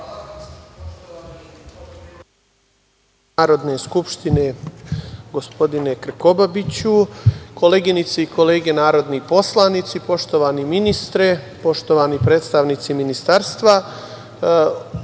Narodne skupštine, gospodine Krkobabiću. Koleginice i kolege narodni poslanici, poštovani ministre, poštovani predstavnici Ministarstva,